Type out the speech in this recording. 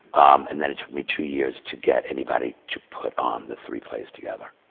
and then it took me two years to get anybody to put on the three plays together,